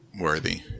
worthy